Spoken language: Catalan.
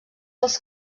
els